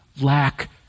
lack